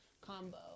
combo